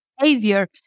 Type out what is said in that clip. behavior